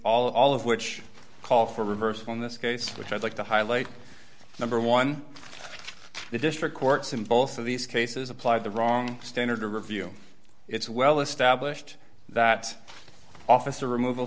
all of which call for reversal in this case which i'd like to highlight number one the district courts in both of these cases applied the wrong standard to review it's well established that officer removal